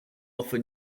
offer